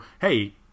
hey